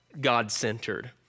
God-centered